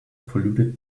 polluted